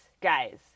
guys